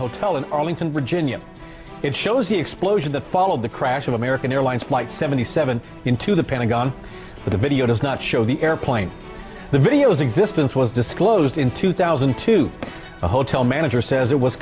hotel in arlington virginia it shows the explosion the fall of the crash of american airlines flight seventy seven into the pentagon the video does not show the airplane the video is existence was disclosed in two thousand to a hotel manager says it was